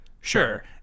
Sure